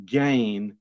gain